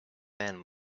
man